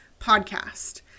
podcast